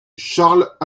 charles